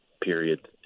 period